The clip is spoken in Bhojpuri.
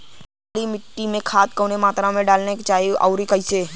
काली मिट्टी में खाद कवने मात्रा में डाले के चाही अउर कइसे?